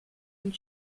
and